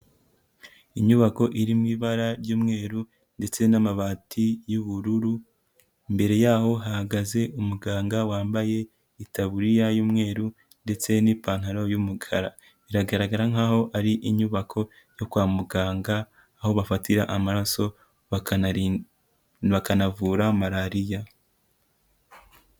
Inyubako iri mu ibara ry'umweru ndetse n'amabati y'ubururu, imbere y'aho hahagaze umuganga wambaye itaburiya y'umweru ndetse n'ipantaro y'umukara, biragaragara nkaho ari inyubako yo kwa muganga, aho bafatira amaraso bakanavura Malariya.